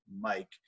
Mike